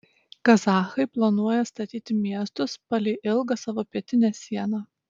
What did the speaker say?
kazachai planuoja statyti miestus palei ilgą savo pietinę sieną